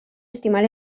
estimar